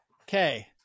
Okay